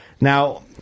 now